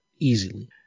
easily